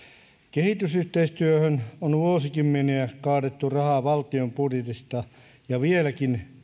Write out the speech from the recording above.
kehitysyhteistyöhön on vuosikymmeniä kaadettu rahaa valtion budjetista ja vieläkin